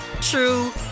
true